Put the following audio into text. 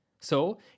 So